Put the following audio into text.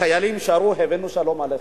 החיילים שרו "הבאנו שלום עליכם".